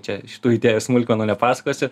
čia šitų idėjų smulkmenų nepasakosiu